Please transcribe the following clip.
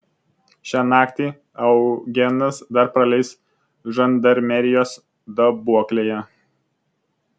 šią naktį eugenas dar praleis žandarmerijos daboklėje